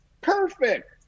perfect